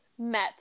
met